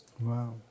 Wow